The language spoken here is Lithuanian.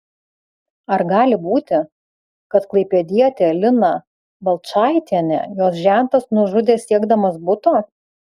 ar gali būti kad klaipėdietę liną balčaitienę jos žentas nužudė siekdamas buto